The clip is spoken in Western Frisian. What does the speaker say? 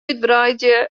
útwreidzje